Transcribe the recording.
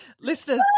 listeners